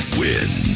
win